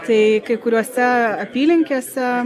tai kai kuriose apylinkėse